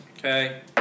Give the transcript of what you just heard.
Okay